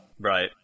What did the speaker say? right